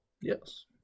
Yes